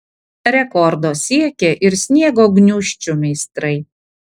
rekordo siekė ir sniego gniūžčių meistrai